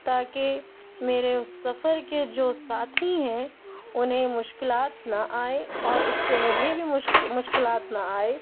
تا کہ میرے سفر کے جو ساتھی ہیں انہیں مشکلات نہ آئے اور اس سے مجھے بھی مشکلات نہ آئے